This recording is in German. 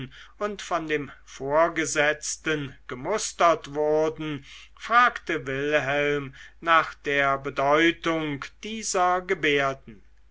und von dem vorgesetzten gemustert wurden fragte wilhelm nach der bedeutung dieser gebärden